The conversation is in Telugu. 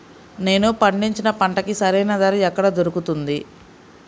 నేను పండించిన పంటకి సరైన ధర ఎక్కడ దొరుకుతుంది?